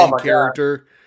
character